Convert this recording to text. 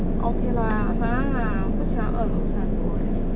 okay lah !huh! 不喜欢二楼三楼 eh